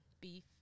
beef